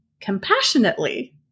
compassionately